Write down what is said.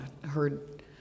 heard